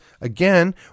again